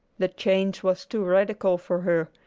the change was too radical for her,